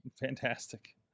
Fantastic